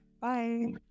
Bye